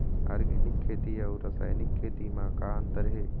Organic खेती अउ रासायनिक खेती म का अंतर हे?